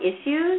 issues